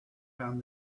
found